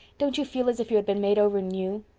don't you feel as if you had been made over new?